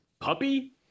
puppy